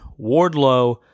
Wardlow